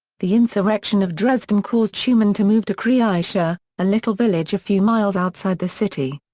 the insurrection of dresden caused schumann to move to kreischa, a little village a few miles outside the city.